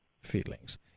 feelings